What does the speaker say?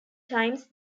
times